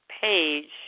page